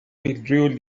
withdrew